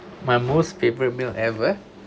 my most favorite meal ever